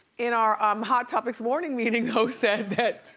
in our um hot topics morning meeting host said that,